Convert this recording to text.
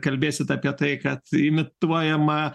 kalbėsit apie tai kad imituojama